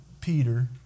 Peter